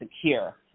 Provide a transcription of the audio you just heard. secure